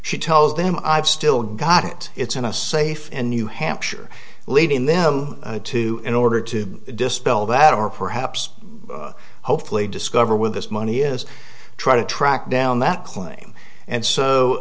she tells them i've still got it it's in a safe in new hampshire leading them to in order to dispel that or perhaps hopefully discover when this money is try to track down that claim and so